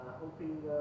hoping